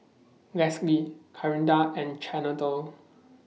Leslee Clarinda and Chantel